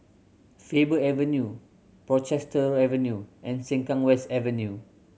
Faber Avenue Portchester Avenue and Sengkang West Avenue